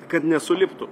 kad nesuliptų